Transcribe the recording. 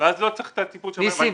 ואז לא צריך את הטיפול של הבנקים.